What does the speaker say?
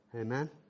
Amen